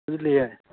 बुझलियै